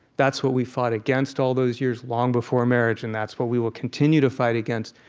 that's what we fought against all those years, long before marriage, and that's what we will continue to fight against.